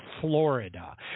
Florida